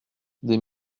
des